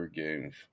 games